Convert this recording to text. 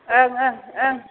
ओं ओं ओं